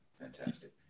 Fantastic